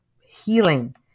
healing